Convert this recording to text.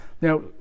Now